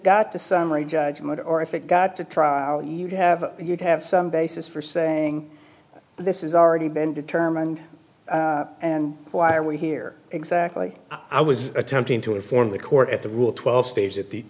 got to summary judgment or if it got to trial you have you'd have some basis for saying this is already been determined and why are we here exactly i was attempting to inform the court at the rule twelve stage at the